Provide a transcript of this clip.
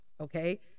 Okay